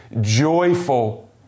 joyful